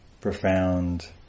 profound